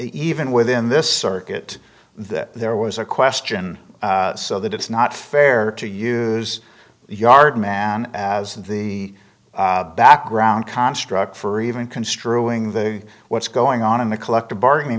even within this circuit that there was a question so that it's not fair to use the yard man as the background construct for even construing the what's going on in the collective bargaining